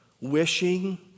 Wishing